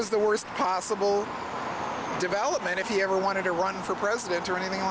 was the worst possible development if he ever wanted to run for president or anything